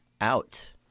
out